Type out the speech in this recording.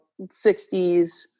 60s